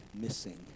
missing